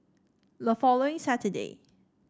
the following Saturday